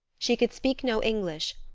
she could speak no english,